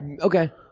Okay